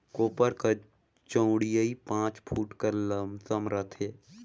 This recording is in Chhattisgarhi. कोपर कर चउड़ई पाँच फुट कर लमसम रहथे